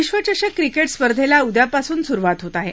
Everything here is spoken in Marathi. विश्वचषक क्रिकेट स्पर्धेला उद्यापासून सुरुवात होत आहे